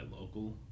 local